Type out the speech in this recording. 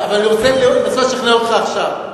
אבל אני רוצה לנסות לשכנע אותך עכשיו,